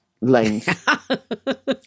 length